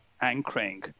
anchoring